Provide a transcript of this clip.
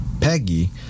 Peggy